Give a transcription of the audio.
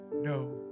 no